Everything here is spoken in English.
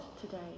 today